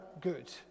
good